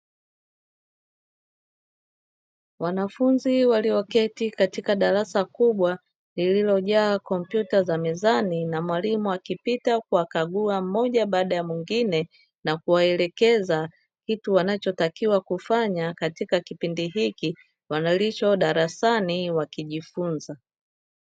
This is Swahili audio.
Wanafunzi walioketi katika darasa kubwa, lililojaa kompyuta za mezani na mwalimu akipita kuwakagua mmoja baada ya mwingine na kuwaelekeza kitu wanachotakiwa kufanya katika kipindi hiki walicho darasani wakijifunza.